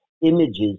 images